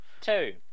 two